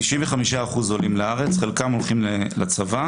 95% עולים לארץ, חלקם הולכים לצבא.